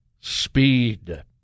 speed